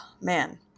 man